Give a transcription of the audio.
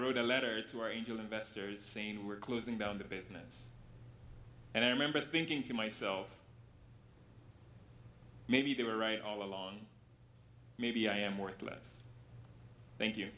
wrote a letter to our into investor is saying we're closing down the business and i remember thinking to myself maybe they were right all along maybe i am worthless thank you